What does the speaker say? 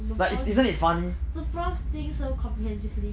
will prawns the prawns think so comprehensively